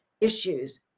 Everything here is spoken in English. issues